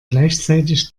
gleichzeitig